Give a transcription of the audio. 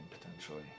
potentially